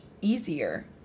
easier